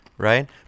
Right